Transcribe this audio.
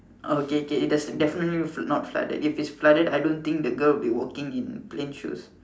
okay k it does it's definitely flood not flooded if it's flooded I don't think the girl will be walking in plain shoes